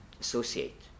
associate